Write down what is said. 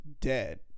dead